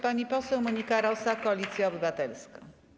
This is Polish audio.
Pani poseł Monika Rosa, Koalicja Obywatelska.